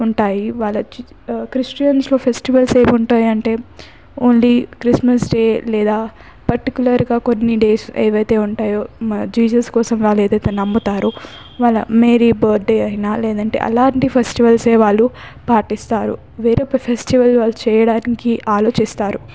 ఉంటాయి వాళ్ళ క్రిస్టియన్స్లో ఫెస్టివల్స్ ఏం ఉంటాయంటే ఓన్లీ క్రిస్మస్ డే లేదా పర్టిక్యులర్గా కొన్ని డేస్ ఏవైతే ఉంటాయో జీసస్ కోసం వాళ్ళు ఏదైతే నమ్ముతారో వాళ్ళ మేరీ బర్త్డే అయినా లేదంటే అలాంటి ఫెస్టివల్సే వాళ్ళు పాటిస్తారు వేరొక ఫెస్టివల్ వాళ్ళు చేయడానికి ఆలోచిస్తారు